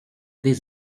des